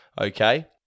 Okay